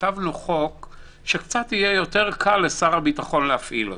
כתבנו חוק שקצת יהיה יותר קל לשר הביטחון להפעיל אותו.